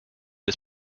des